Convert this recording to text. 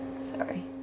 Sorry